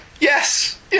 Yes